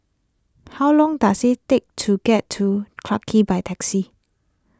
how long does it take to get to Clarke Quay by taxi